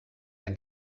ein